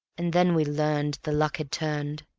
and then we learned the luck had turned,